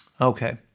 Okay